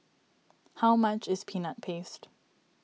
how much is Peanut Paste